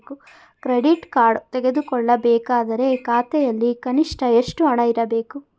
Credit card ತೆಗೆದುಕೊಳ್ಳಬೇಕಾದರೆ ಖಾತೆಯಲ್ಲಿ ಕನಿಷ್ಠ ಎಷ್ಟು ಹಣ ಇರಬೇಕು?